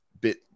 bit